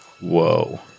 whoa